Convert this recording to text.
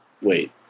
wait